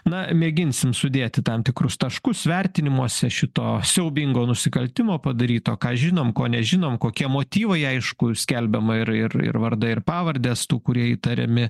na mėginsim sudėti tam tikrus taškus vertinimuose šito siaubingo nusikaltimo padaryto ką žinom ko nežinom kokie motyvai aišku skelbiama ir ir ir vardai ir pavardės tų kurie įtariami